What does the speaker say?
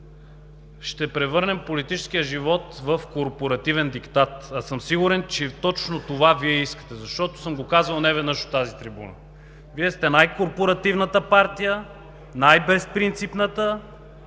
ще превърнем политическия живот в корпоративен диктат. А съм сигурен, че Вие искате точно това, защото съм го казвал неведнъж от тази трибуна. Вие сте най-корпоративната партия, най-безпринципната